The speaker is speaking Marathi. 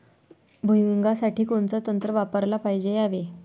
भुइमुगा साठी कोनचं तंत्र वापराले पायजे यावे?